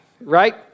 right